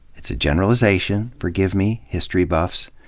it's a generalization, forgive me, history buffs.